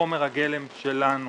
חומר הגלם שלנו